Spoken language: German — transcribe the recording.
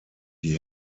die